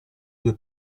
due